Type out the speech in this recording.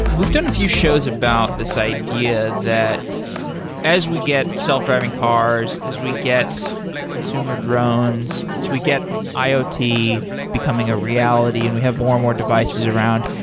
we've done a few shows about this idea that as we get self-driving cars, as we get consumer drones, as we get iot becoming a reality and we have more and more devices around,